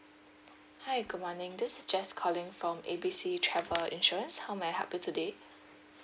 hi good morning this is jess calling from A B C travel insurance how may I help you today